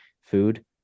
food